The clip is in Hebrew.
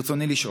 ברצוני לשאול: